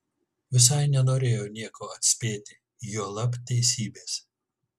visai nenorėjo nieko atspėti juolab teisybės